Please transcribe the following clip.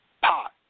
pot